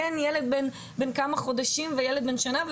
כן ילד בן כמה חודשים וילד בן שנה,